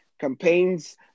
Campaigns